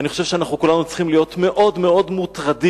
אני חושב שאנחנו כולנו צריכים להיות מאוד מאוד מוטרדים